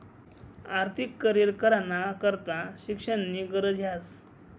आर्थिक करीयर कराना करता शिक्षणनी गरज ह्रास